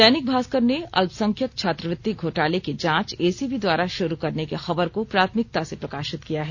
दैनिक भाष्कर ने अल्पसंख्यक छात्रवृत्ति घोटाले की जांच एसीबी द्वारा शुरू करने की खबर को प्राथमिकता से प्रकाशित किया है